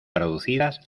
traducidas